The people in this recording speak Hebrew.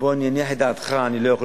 בוא ואני אניח את דעתך: אני לא יכול